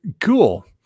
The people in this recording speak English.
Cool